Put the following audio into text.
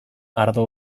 ardo